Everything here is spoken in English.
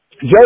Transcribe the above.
Joe